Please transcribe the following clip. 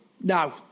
No